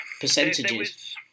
percentages